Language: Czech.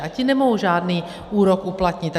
A ti nemohou žádný úrok uplatnit.